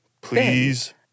Please